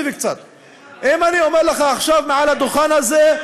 אם היום אני אגיד לך מעל הדוכן הזה,